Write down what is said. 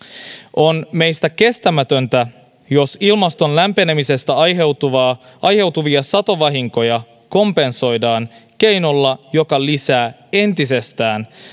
on meistä kestämätöntä jos ilmaston lämpenemisestä aiheutuvia satovahinkoja kompensoidaan keinolla joka lisää entisestään